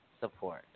support